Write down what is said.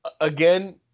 again